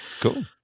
cool